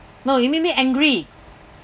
no it make me angry